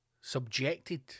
subjected